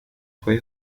fue